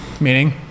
Meaning